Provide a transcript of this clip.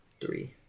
Three